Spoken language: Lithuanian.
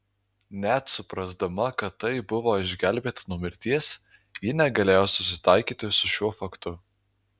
net suprasdama kad taip buvo išgelbėta nuo mirties ji negalėjo susitaikyti su šiuo faktu